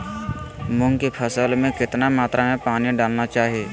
मूंग की फसल में कितना मात्रा में पानी डालना चाहिए?